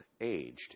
aged